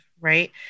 Right